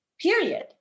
period